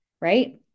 right